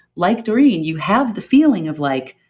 like doreen, you have the feeling of like,